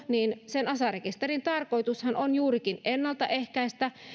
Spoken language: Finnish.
niin asa rekisterin tarkoitushan on juurikin ennalta ehkäistä